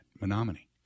menominee